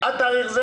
בכסלו